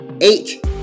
eight